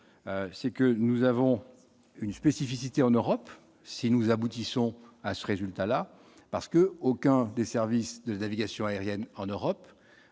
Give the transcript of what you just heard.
c'est que nous avons une spécificité en Europe si nous aboutissons à ce résultat-là parce que aucun des services de navigation aérienne en Europe